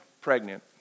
pregnant